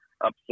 upset